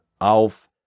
auf